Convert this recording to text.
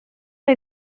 les